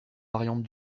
variantes